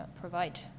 provide